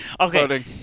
Okay